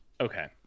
Okay